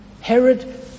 Herod